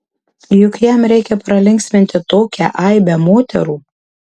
juk jam reikia pralinksminti tokią aibę moterų